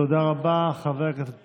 תודה רבה, חבר הכנסת פינדרוס.